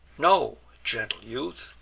know, gentle youth,